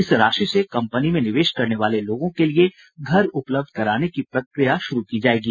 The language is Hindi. इस राशि से कंपनी में निवेश करने वाले लोगों के लिए घर उपलब्ध कराने की प्रक्रिया शुरू की जायेगी